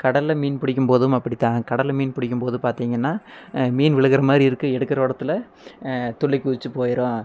கடலில் மீன் பிடிக்கும்போதும் அப்படித்தான் கடலில் மீன் பிடிக்கும்போது பார்த்திங்கன்னா மீன் விழுகுற மாரி இருக்கு எடுக்கிறவடத்துல துள்ளி குதிச்சு போயிரும்